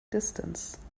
distance